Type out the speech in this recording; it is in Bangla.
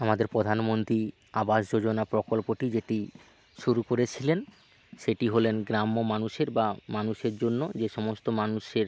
আমাদের প্রধানমন্ত্রী আবাস যোজনা প্রকল্পটি যেটি শুরু করেছিলেন সেটি হলেন গ্রাম্য মানুষের বা মানুষের জন্য যে সমস্ত মানুষের